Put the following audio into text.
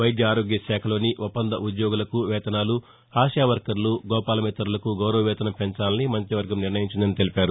వైద్య ఆరోగ్య శాఖలోని ఒప్పంద ఉ ద్యోగులకు వేతనాలు ఆశావర్కర్లు గోపాలమిత్రలకు గౌరవవేతనం పెంచాలని మంతివర్గం నిర్ణయించిందని తెలిపారు